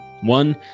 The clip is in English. One